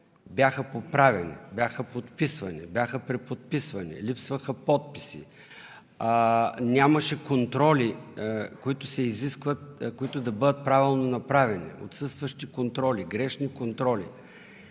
бяха подправяни, бяха подписвани, бяха преподписвани, липсваха подписи, нямаше контроли, които се изискват, които да бъдат правилно направени – отсъстващи контроли, грешни контроли.